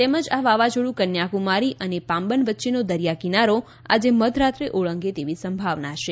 તેમજ આ વાવાઝોડુ કન્યાકુમારી અને પામ્બન વચ્ચેનો દરિયાકિનારો આજે મધ રાત્રે ઓળગે તેવી સંભાવના છે